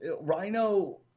Rhino